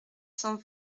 cent